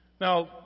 Now